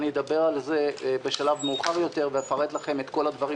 אדבר על זה בשלב מאוחר יותר ואפרט לכם את כל הדברים